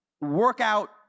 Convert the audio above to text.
Workout